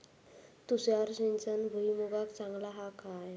तुषार सिंचन भुईमुगाक चांगला हा काय?